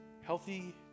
healthy